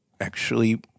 actually-